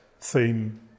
theme